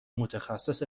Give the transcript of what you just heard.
متخصص